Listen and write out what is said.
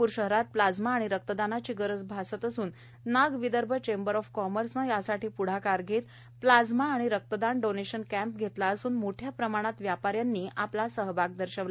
नागपूर शहरात प्लाझ्मा आणि रक्तदान ची गरज भासत असून Nag Vidarbha chamber of commerce ने यासाठी प्ढाकार घेत प्लाइमा आणि रक्तदान डोनेशन कॅम्प घेतला असून मोठ्या प्रमाणात व्यापाऱ्यांनी आपला सहभाग दर्शविला